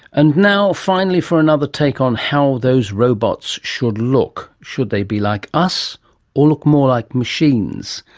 and now finally for another take on how those robots should look. should they be like us or look more like machines?